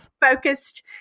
focused